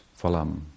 Falam